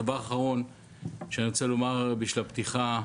דבר אחרון שאני רוצה לומר בשלב הפתיחה